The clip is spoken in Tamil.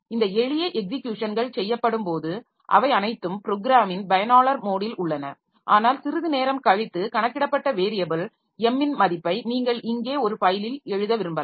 இந்த எளிய எக்ஸிக்யூஷன்கள் செய்யப்படும்போது அவை அனைத்தும் ப்ரோக்ராமின் பயனாளர் மோடில் உள்ளன ஆனால் சிறிது நேரம் கழித்து கணக்கிடப்பட்ட வேரியபில் m இன் மதிப்பை நீங்கள் இங்கே ஒரு ஃபைலில் எழுத விரும்பலாம்